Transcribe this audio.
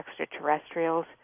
extraterrestrials